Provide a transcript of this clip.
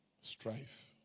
Strife